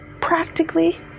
Practically